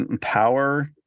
power